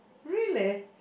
really